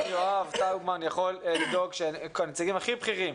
גם יואב טאובמן יכול לדאוג שהנציגים הכי בכירים